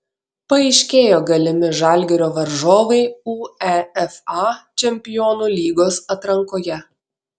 paaiškėjo galimi žalgirio varžovai uefa čempionų lygos atrankoje